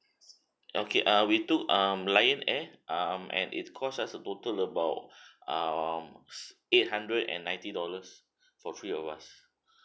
okay uh we took um merlion air um and it cost us a total about um s~ eight hundred and ninety dollars for three of us